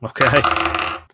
Okay